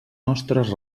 nostres